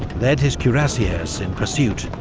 led his cuirassiers in pursuit,